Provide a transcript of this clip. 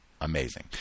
Amazing